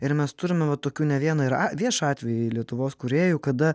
ir mes turime va tokių ne vieną ir a viešą atvejį lietuvos kūrėjų kada